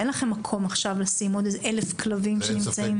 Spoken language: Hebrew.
אין לכם מקום עכשיו לשים עוד איזה אלף כלבים שנמצאים.